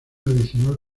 adicional